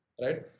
Right